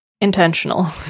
Intentional